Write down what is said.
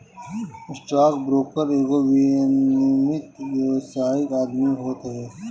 stock broker एगो विनियमित व्यावसायिक आदमी होत हवे